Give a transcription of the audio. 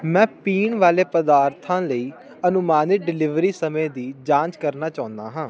ਮੈਂ ਪੀਣ ਵਾਲੇ ਪਦਾਰਥਾਂ ਲਈ ਅਨੁਮਾਨਿਤ ਡਲੀਵਰੀ ਸਮੇਂ ਦੀ ਜਾਂਚ ਕਰਨਾ ਚਾਹੁੰਦਾ ਹਾਂ